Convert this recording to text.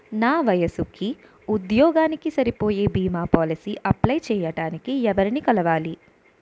నా వయసుకి, ఉద్యోగానికి సరిపోయే భీమా పోలసీ అప్లయ్ చేయటానికి ఎవరిని కలవాలి?